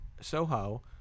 Soho